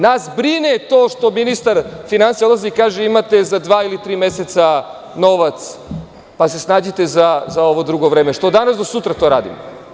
Nas brine to što ministar finansija odlazi i kaže – imate za dva ili tri meseca novca pa se snađite za drugo vreme, što od danas do sutra to radimo.